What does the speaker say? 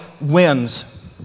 wins